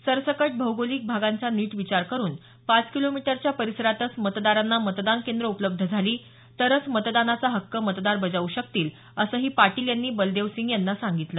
सरसकट भौगोलिक भागांचा नीट विचार करून पाच किलोमीटरच्या परिसरातच मतदारांना मतदान केंद्र उपलब्ध झाली तरंच मतदानाचा हक्क मतदार बजावू शकतील असंही पाटील यांनी बलदेव सिंग यांना सांगितलं